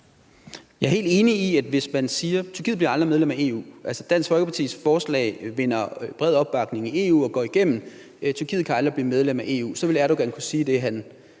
Jeg er helt enig i, at hvis man siger, at Tyrkiet aldrig bliver medlem af EU – altså at Dansk Folkepartis forslag vinder bred opbakning i EU og går igennem, så Tyrkiet aldrig kan blive medlem af EU – så vil Erdogan kunne sige det, hr.